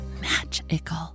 magical